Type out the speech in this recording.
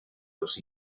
los